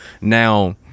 now